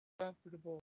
comfortable